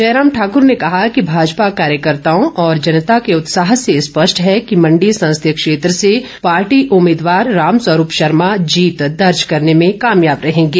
जयराम ठाकुर ने कहा कि भाजपा कार्यकर्ताओ और जनता के उत्साह से स्पष्ट है कि मण्डी संसदीय क्षेत्र से पार्टी उम्मीदवार राम स्वरूप शर्मा जीत दर्ज करने में कामयाब रहेंगे